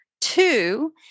Two